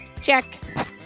check